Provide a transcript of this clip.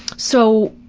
so,